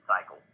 cycle